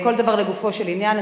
כל דבר לגופו של עניין.